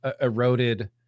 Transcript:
eroded